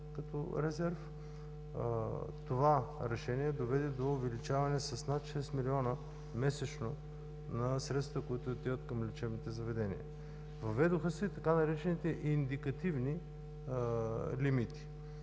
като резерв. Това решение доведе до увеличаване с над шест милиона месечно на средствата, които отиват към лечебните заведения. Въведоха се и така наречените „индикативни лимити“.